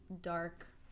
dark